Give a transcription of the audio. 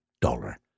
dollar